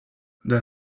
that